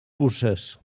puces